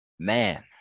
Man